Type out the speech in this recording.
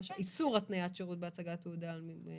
איסור התניית שירות בהצגת תעודה על מוגבלות.